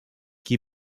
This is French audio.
qui